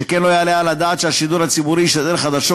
שכן לא יעלה על הדעת שהשידור הציבורי ישדר חדשות